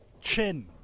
Chin